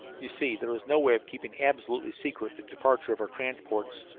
you see, there is no way of keeping absolutely secret the departure of our transports.